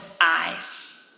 eyes